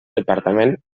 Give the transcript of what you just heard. departament